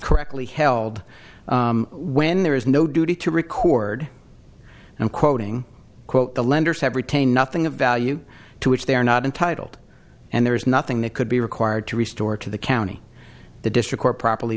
correctly held when there is no duty to record and quoting quote the lenders have retained nothing of value to which they are not entitled and there is nothing that could be required to restore to the county the district court properly